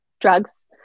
drugs